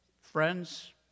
friends